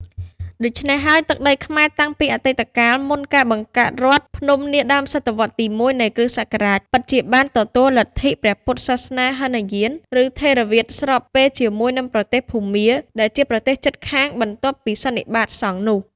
ដូច្នេះហើយ ទឹកដីខ្មែរតាំងពីអតីតកាល មុនការបង្កើតរដ្ឋភ្នំនាដើមសតវត្សរ៍ទី ១ នៃគ.ស. ពិតជាបានទទួលលទ្ធិព្រះពុទ្ធសាសនាហីនយាន ឬថេរវាទ ស្របពេលជាមួយនឹងប្រទេសភូមា ដែលជាប្រទេសជិតខាងបន្ទាប់ពីសន្និបាតសង្ឃនោះ។